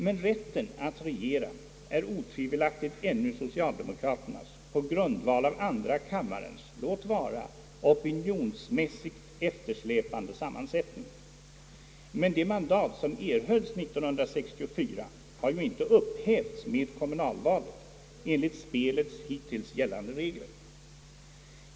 Men rätten att regera är otvivelaktigt ännu socialdemokraternas på grundval av andra kammarens, låt vara opinionsmässigt eftersläpande, sammansättning. Det mandat som erhölls år 1964 har ju inte upphävts genom kommunalvalet, enligt spelets hittills gällande regler.